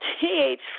th